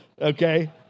Okay